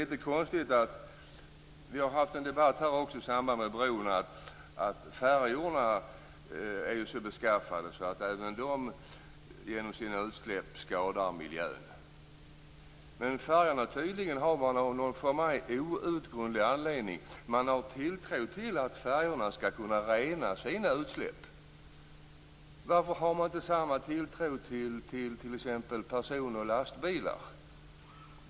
I samband med debatten om bron har det sagts att färjorna är så beskaffade att även de genom sina utsläpp skadar miljön. Men man har, av någon för mig outgrundlig anledning, tilltro till att färjornas utsläpp skall kunna renas. Varför har man inte samma tilltro till t.ex. person och lastbilar?